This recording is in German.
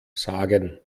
sagen